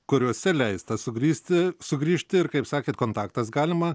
kuriose leista sugrįžti sugrįžti ir kaip sakėt kontaktas galima